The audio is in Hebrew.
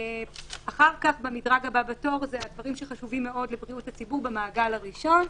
אחר כך במדרג הבא בתור זה דברים שחשובים מאוד לבריאות במעגל הראשון,